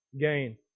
gain